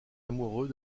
amoureux